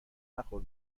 نخور